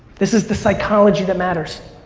this is the psychology that matters.